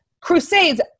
Crusades